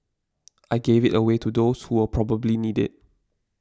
I gave it away to those who will probably need it